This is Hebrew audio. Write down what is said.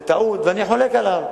זו טעות, ואני חולק עליו.